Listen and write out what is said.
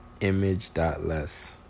Image.less